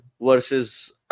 versus